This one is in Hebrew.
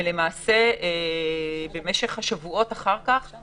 ולמעשה במשך שבועות אחר כך הוא